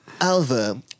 Alva